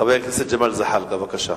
חבר הכנסת ג'מאל זחאלקה, בבקשה.